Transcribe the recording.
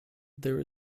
there